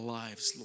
lives